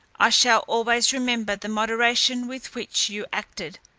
i shall always remember the moderation with which you acted,